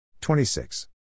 26